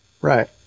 right